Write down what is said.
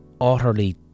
utterly